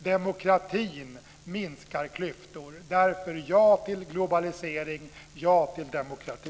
Demokrati minskar klyftor. Därför: Ja till globalisering och ja till demokrati!